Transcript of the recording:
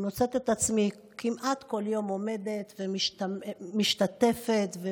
כמעט בכל יום אני מוצאת את עצמי עומדת ומשתתפת ומצטערת.